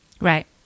right